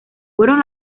fueron